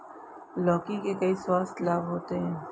लौकी के कई स्वास्थ्य लाभ होते हैं